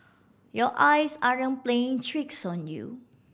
your eyes aren't playing tricks on you